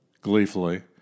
gleefully